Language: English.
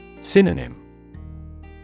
Synonym